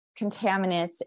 contaminants